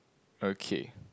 okay